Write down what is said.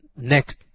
next